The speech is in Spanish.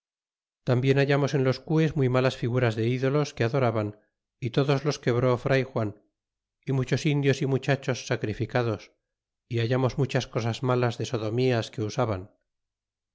tambien hallamos en los cues muy malas figuras de idolos que adoraban é todos los quebró fray juan muchos indios e muchachos sacrificados y hallamos muchas cosas malas de sodomías que usaban